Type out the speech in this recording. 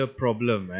problem